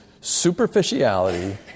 superficiality